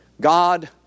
God